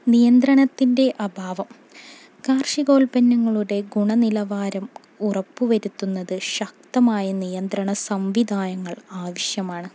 നിയന്ത്രണത്തിൻ്റെ അഭാവം കാർഷികോൽപ്പന്നങ്ങളുടെ ഗുണനിലവാരം ഉറപ്പുവരുത്തുന്നത് ശക്തമായ നിയന്ത്രണ സംവിധാനങ്ങൾ ആവശ്യമാണ്